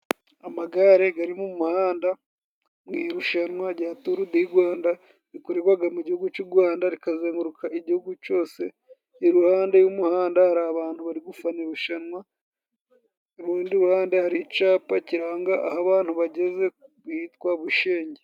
Amagare gari mu muhanda mu irushanwa jya turudigwanda, rikoregwaga mu gihugu c'u gwanda, rikazenguruka igihugu cose, iruhande y'umuhanda hari abantu bari gufana irushanwa, urundi ruhande hari icapa kiranga aho abantu bageze hitwa Bushenge.